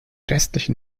restlichen